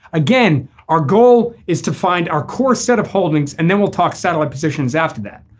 again our goal is to find our core set of holdings and then we'll talk satellite positions after that.